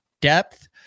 depth